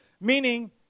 Meaning